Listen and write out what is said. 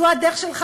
זו הדרך שלך,